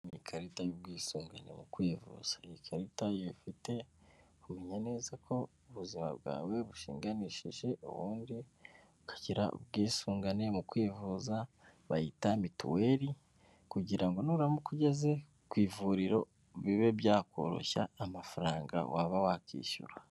Ikarita y'ubwisungane mu kwivuza, iyi karita iyo uyifite umenya neza ko ubuzima bwawe bushinganishije ubundi ukagira ubwisungane mu kwivuza, bayita mituweri kugira ngo nuramuka ugeze ku ivuriro bibe byakoroshya amafaranga waba wakishyura.